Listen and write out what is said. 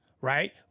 Right